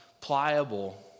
Pliable